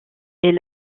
est